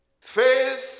Faith